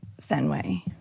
Fenway